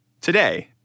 Today